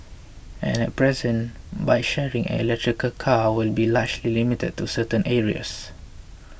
and at present bike sharing and electric car will be largely limited to certain areas